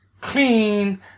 clean